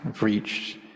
reached